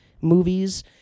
movies